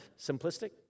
simplistic